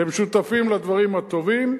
אתם שותפים לדברים הטובים,